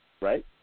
Right